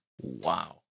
Wow